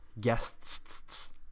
guests